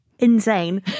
Insane